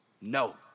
No